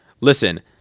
listen